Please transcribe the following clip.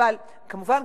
כמובן,